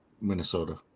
Minnesota